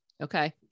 Okay